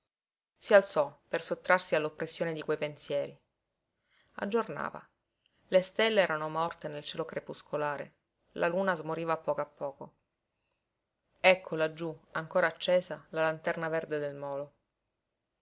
si alzò per sottrarsi all'oppressione di quei pensieri aggiornava le stelle erano morte nel cielo crepuscolare la luna smoriva a poco a poco ecco laggiú ancora accesa la lanterna verde del molo